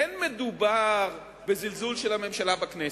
אין מדובר בזלזול של הממשלה בכנסת,